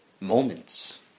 moments